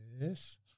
yes